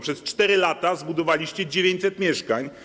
Przez 4 lata zbudowaliście 900 mieszkań.